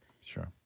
Sure